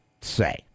say